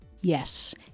Yes